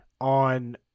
on